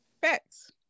facts